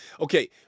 Okay